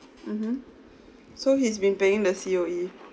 mmhmm so he's been paying the C_O_E